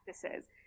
Practices